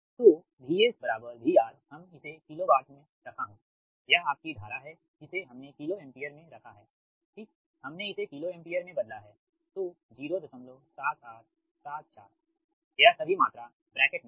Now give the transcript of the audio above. तो VS VR हम इसे किलोवोल्ट में रखा हूयह आपकी धारा है जिसे हमने किलो एम्पीयर में रखा हैठीक हमने इसे किलो एम्पीयर में बदला है तो 07874 यह सभी मात्रा ब्रैकेट में है